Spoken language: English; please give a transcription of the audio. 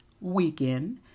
weekend